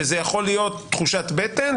שזה יכול להיות תחושת בטן,